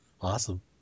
Awesome